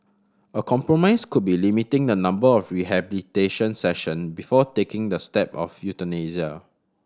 a compromise could be limiting the number of rehabilitation session before taking the step of euthanasia